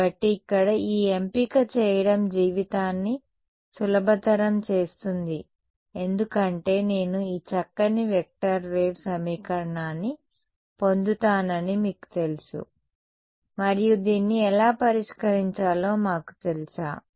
కాబట్టి ఇక్కడ ఈ ఎంపిక చేయడం జీవితాన్ని సులభతరం చేస్తుంది ఎందుకంటే నేను ఈ చక్కని వెక్టర్ వేవ్ సమీకరణాన్ని పొందుతానని మీకు తెలుసు మరియు దీన్ని ఎలా పరిష్కరించాలో మాకు తెలుసా